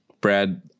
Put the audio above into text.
Brad